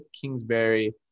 Kingsbury